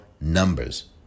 numbers